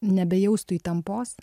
nebejaustų įtampos